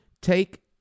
take